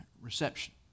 reception